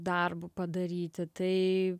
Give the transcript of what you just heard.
darbu padaryti tai